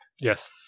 Yes